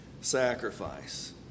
sacrifice